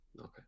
Okay